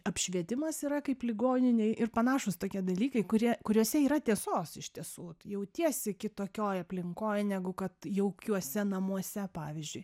apšvietimas yra kaip ligoninėj ir panašūs tokie dalykai kurie kuriose yra tiesos iš tiesų jautiesi kitokioj aplinkoj negu kad jaukiuose namuose pavyzdžiui